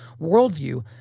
worldview